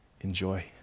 enjoy